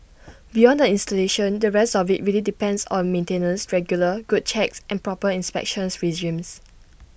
beyond the installation the rest of IT really depends on maintenance regular good checks and proper inspection regimes